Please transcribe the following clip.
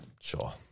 Sure